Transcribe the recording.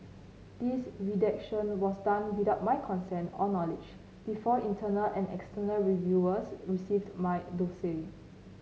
this redaction was done without my consent or knowledge before internal and external reviewers received my dossier